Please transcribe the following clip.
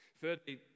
Thirdly